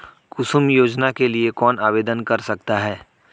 कुसुम योजना के लिए कौन आवेदन कर सकता है?